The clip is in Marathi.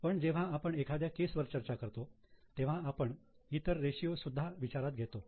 पण जेव्हा आपण एखाद्या केस वर चर्चा करतो तेव्हा आपण इतर रेषीयो सुद्धा विचारात घेतो